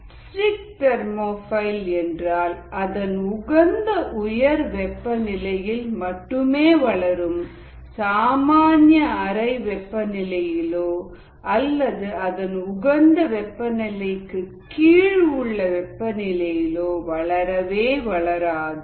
strict thermophile என்றால் அதன் உகந்த உயர் வெப்பநிலையில் மட்டுமே வளரும் சாமானிய அரை வெப்பநிலையிலோ அல்லது அதன் உகந்த வெப்பநிலைக்கு கீழ் உள்ள வெப்பநிலையிலோ வளரவே வளராது